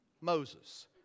Moses